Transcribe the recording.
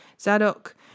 Zadok